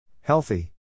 Healthy